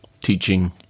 teaching